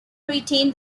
retained